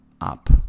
up